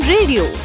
Radio